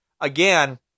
Again